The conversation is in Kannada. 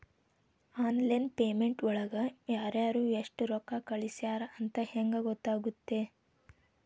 ಆನ್ಲೈನ್ ಪೇಮೆಂಟ್ ಒಳಗಡೆ ಯಾರ್ಯಾರು ಎಷ್ಟು ರೊಕ್ಕ ಕಳಿಸ್ಯಾರ ಅಂತ ಹೆಂಗ್ ಗೊತ್ತಾಗುತ್ತೆ?